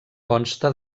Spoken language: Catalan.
consta